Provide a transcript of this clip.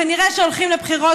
כנראה שהולכים לבחירות,